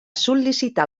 sol·licitar